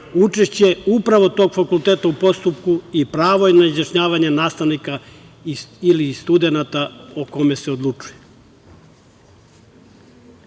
upravo tog fakulteta u postupku i pravo na izjašnjavanje nastavnika ili studenata o kome se odlučuje. Na